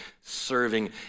serving